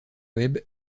web